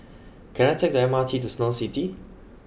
can I take the M R T to Snow City